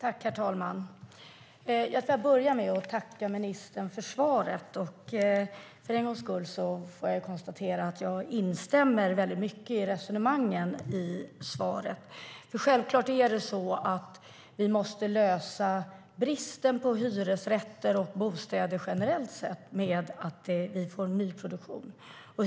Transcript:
Herr talman! Jag ska börja med att tacka ministern för svaret. För en gångs skull får jag konstatera att jag instämmer mycket i resonemangen i svaret. Självklart måste vi lösa problemet med bristen på hyresrätter och bostäder generellt sett med att vi får nyproduktion.